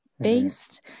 based